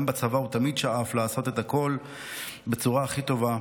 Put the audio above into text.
גם בצבא הוא תמיד שאף לעשות את הכול בצורה הכי טובה,